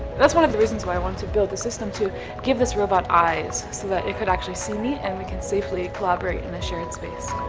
that's one of the reasons why i want to build the system to give this robot eyes so that it could actually see me and we can safely collaborate in a shared space.